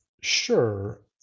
Sure